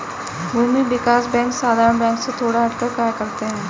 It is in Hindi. भूमि विकास बैंक साधारण बैंक से थोड़ा हटकर कार्य करते है